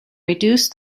reduce